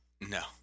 No